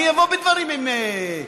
אני אבוא בדברים עם המציע.